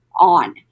on